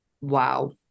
wow